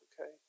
okay